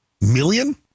million